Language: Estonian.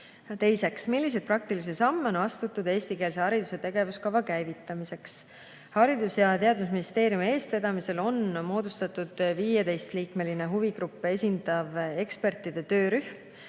Teiseks: "Milliseid praktilisi samme on astutud eestikeelse hariduse tegevuskava käivitamiseks?" Haridus- ja Teadusministeeriumi eestvedamisel on moodustatud 15-liikmeline huvigruppe esindav ekspertide töörühm.